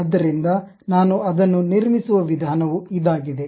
ಆದ್ದರಿಂದ ನಾನು ಅದನ್ನು ನಿರ್ಮಿಸುವ ವಿಧಾನವು ಇದಾಗಿದೆ